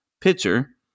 pitcher